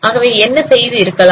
ஆகவே என்ன செய்து இருக்கலாம்